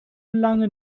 lange